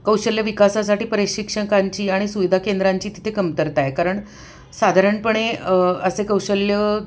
कौशल्य विकासासाठी प्रशिक्षकांची आणि सुविधा केंद्रांची तिथे कमतरता आहे कारण साधारणपणे असे कौशल्य